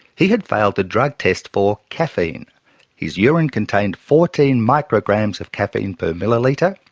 he had failed the drug test for caffeine his urine contained fourteen micrograms of caffeine per millilitre,